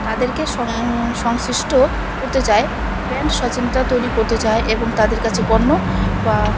তাদেরকে সংশ্লিষ্ট করতে চায় ব্র্যান্ড সচেতনতা তৈরি করতে চায় এবং তাদের কাছে পণ্য বা